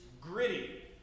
gritty